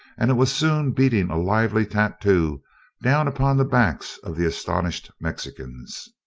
and it was soon beating a lively tattoo down upon the backs of the astonished mexicans.